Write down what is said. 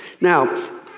Now